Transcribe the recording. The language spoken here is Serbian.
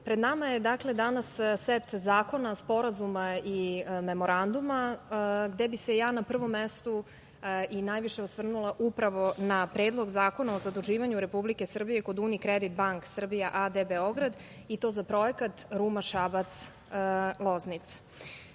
pred nama je danas set zakona, sporazuma i memoranduma gde bi se ja na prvom mestu i najviše osvrnula upravo na Predlog zakona o zaduživanju Republike Srbije kod „Unikredit bank“ Srbija a.d. Beograd i to za projekat Ruma-Šabac-Loznica. Na